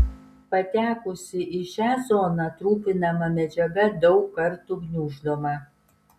patekusi į šią zoną trupinama medžiaga daug kartų gniuždoma